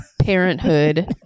Parenthood